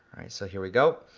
so here we go.